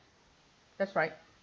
that's right